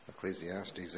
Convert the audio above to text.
Ecclesiastes